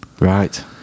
Right